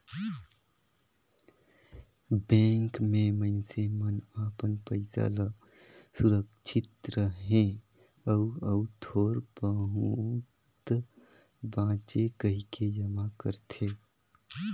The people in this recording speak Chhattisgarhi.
बेंक में मइनसे मन अपन पइसा ल सुरक्छित रहें अउ अउ थोर बहुत बांचे कहिके जमा करथे